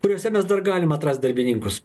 kuriuose mes dar galim atrast darbininkus